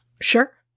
Sure